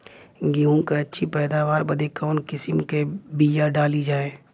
गेहूँ क अच्छी पैदावार बदे कवन किसीम क बिया डाली जाये?